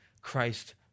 Christ